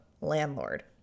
landlord